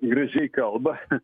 gražiai kalba